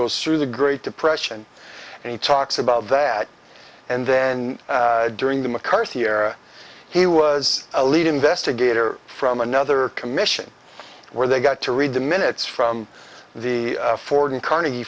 goes through the great depression and he talks about that and then during the mccarthy era he was a lead investigator from another commission where they got to read the minutes from the ford and carnegie